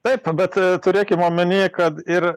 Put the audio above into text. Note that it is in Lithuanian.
taip bet turėkim omeny kad ir